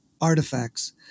artifacts